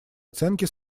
оценки